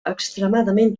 extremadament